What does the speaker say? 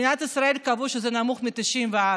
במדינת ישראל קבעו שזה נמוך מ-94,